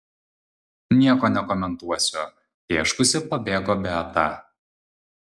nieko nekomentuosiu tėškusi pabėgo beata